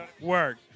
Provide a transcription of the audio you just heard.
Work